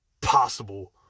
possible